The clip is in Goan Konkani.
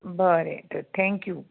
बरें तर थँक्यू